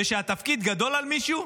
וכשהתפקיד גדול על מישהו,